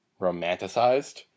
romanticized